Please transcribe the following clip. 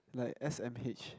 like s_m_h